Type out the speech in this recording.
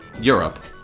Europe